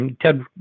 Ted